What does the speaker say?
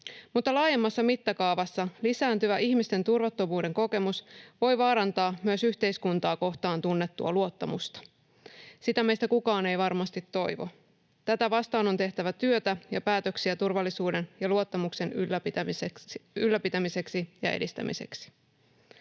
mutta laajemmassa mittakaavassa ihmisten lisääntyvä turvattomuuden kokemus voi vaarantaa myös yhteiskuntaa kohtaan tunnettua luottamusta. Sitä meistä kukaan ei varmasti toivo. Tätä vastaan on tehtävä työtä ja päätöksiä turvallisuuden ja luottamuksen ylläpitämiseksi ja edistämiseksi.